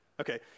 Okay